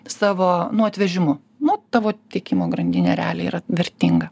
savo nu atvežimu nu tavo tiekimo grandinė realiai yra vertinga